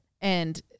and-